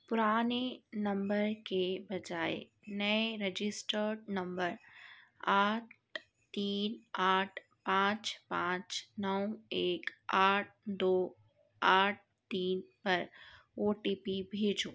پرانے نمبر کے بجائے نئے رجسٹرڈ نمبر آٹھ تین آٹھ پانچ پانچ نو ایک آٹھ دو آٹھ تین پر او ٹی پی بھیجو